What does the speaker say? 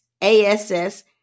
ASS